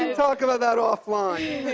and talk about that offline.